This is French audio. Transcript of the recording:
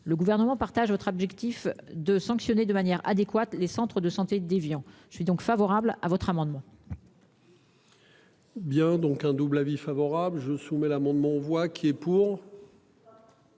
Le gouvernement partage votre objectif de sanctionner de manière adéquate les centres de santé d'Évian. Je suis donc favorable à votre amendement. Bien, donc un double avis favorable je soumets l'amendement voix qui est pour.